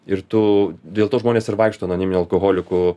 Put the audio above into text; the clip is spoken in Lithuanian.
ir tu dėl to žmonės ir vaikšto anoniminių alkoholikų